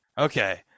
Okay